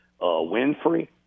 Winfrey